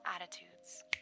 attitudes